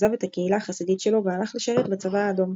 עזב את הקהילה החסידית שלו והלך לשרת בצבא האדום.